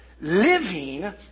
living